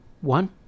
one